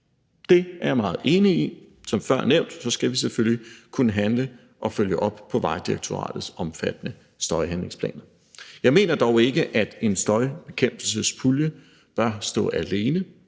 Det er jeg meget enig i. Som før nævnt skal vi selvfølgelig kunne handle og følge op på Vejdirektoratets omfattende støjhandlingsplan. Jeg mener dog ikke, at en støjbekæmpelsespulje bør stå alene;